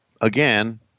again